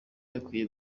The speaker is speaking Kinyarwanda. akwiye